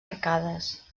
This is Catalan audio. arcades